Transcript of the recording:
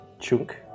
Chunk